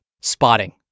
spotting